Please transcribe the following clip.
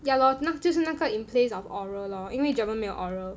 ya lor not 就是那个 in place of oral lor 因为 German 没有 oral